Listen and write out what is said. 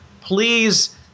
Please